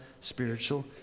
spiritual